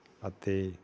ਅਤੇ